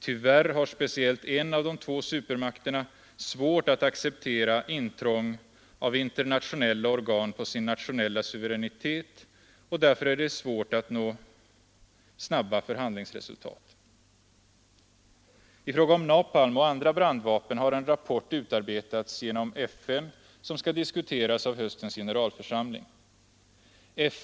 Tyvärr har speciellt en av de två supermakterna svårt att acceptera intrång av internationella organ på sin nationella suveränitet, och därför är det svårt att nå snabba förhandlingsresultat. I fråga om napalm och andra brandvapen har en rapport utarbetats genom FN, vilken skall diskuteras av höstens generalförsamling.